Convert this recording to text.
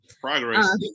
Progress